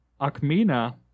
Akmina